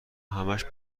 همش